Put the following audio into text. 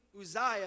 Uzziah